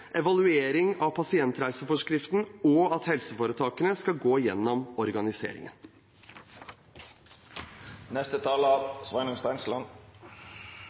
evaluering av pasientreiseforskriften og at helseforetakene skal gå gjennom